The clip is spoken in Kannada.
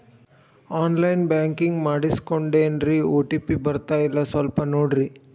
ಆನ್ ಲೈನ್ ಬ್ಯಾಂಕಿಂಗ್ ಮಾಡಿಸ್ಕೊಂಡೇನ್ರಿ ಓ.ಟಿ.ಪಿ ಬರ್ತಾಯಿಲ್ಲ ಸ್ವಲ್ಪ ನೋಡ್ರಿ